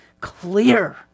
clear